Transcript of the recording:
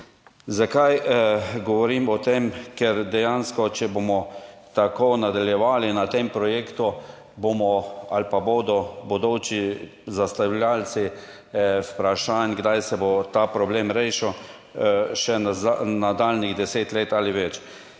Zakaj govorim o tem? Če bomo tako nadaljevali na tem projektu, bomo ali pa bodo bodoči zastavljavci [postavljali] vprašanja, kdaj se bo ta problem rešil, še nadaljnjih deset let ali več.